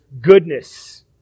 goodness